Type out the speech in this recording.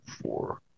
four